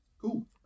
cool